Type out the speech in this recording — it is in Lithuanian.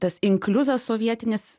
tas inkliuzas sovietinis